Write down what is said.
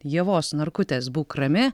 ievos narkutės būk rami